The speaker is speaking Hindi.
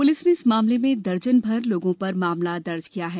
पुलिस ने इस मामले में दर्जन भर लोगों पर मामला दर्ज किया है